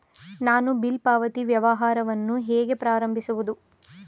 ನಾನು ಬಿಲ್ ಪಾವತಿ ವ್ಯವಹಾರವನ್ನು ಹೇಗೆ ಪ್ರಾರಂಭಿಸುವುದು?